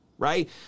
right